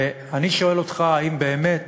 ואני שואל אותך: האם באמת